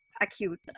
acute